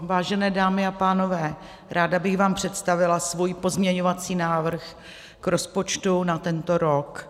Vážené dámy a pánové, ráda bych vám představila svůj pozměňovací návrh k rozpočtu na tento rok.